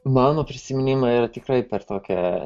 mano prisiminimai yra tikrai per tokią